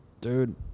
dude